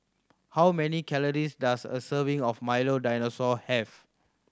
how many calories does a serving of Milo Dinosaur have